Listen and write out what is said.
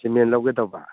cement ꯂꯧꯒꯗꯧꯕ